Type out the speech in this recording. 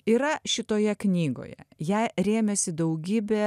yra šitoje knygoje ja rėmėsi daugybė